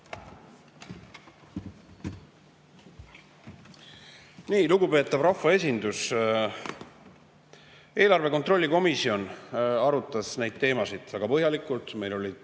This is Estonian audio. Aitäh! Lugupeetav rahvaesindus! Eelarve kontrolli komisjon arutas neid teemasid väga põhjalikult. Meil olid